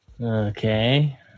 Okay